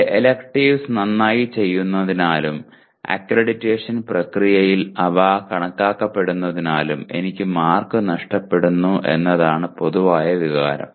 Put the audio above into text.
എന്റെ എലക്ടീവ്സ് നന്നായി ചെയ്യുന്നതിനാലും അക്രഡിറ്റേഷൻ പ്രക്രിയയിൽ അവ കണക്കാക്കപ്പെടാത്തതിനാലും എനിക്ക് മാർക്ക് നഷ്ടപ്പെടുന്നു എന്നതാണ് പൊതുവായ വികാരം